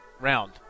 round